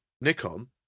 Nikon